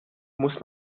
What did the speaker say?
muss